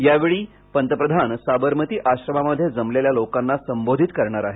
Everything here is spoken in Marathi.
यावेळी पंतप्रधान साबरमती आश्रमामध्ये जमलेल्या लोकांना संबोधित करणार आहेत